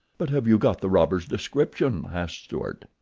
but have you got the robber's description? asked stuart.